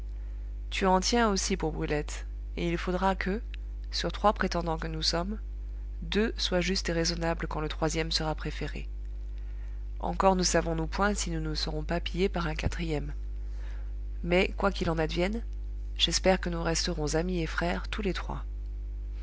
tu en tiens aussi pour brulette et il faudra que sur trois prétendants que nous sommes deux soient justes et raisonnables quand le troisième sera préféré encore ne savons-nous point si nous ne serons pas pillés par un quatrième mais quoi qu'il en advienne j'espère que nous resterons amis et frères tous les trois